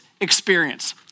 experience